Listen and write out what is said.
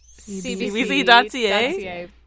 CBC.ca